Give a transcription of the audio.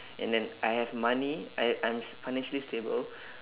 and then I have money I I'm s~ financially stable